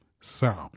Sound